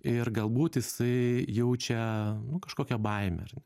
ir galbūt jisai jaučia kažkokią baimę ar